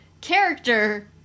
character